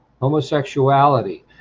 homosexuality